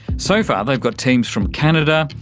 so far they've got teams from canada,